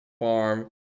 Farm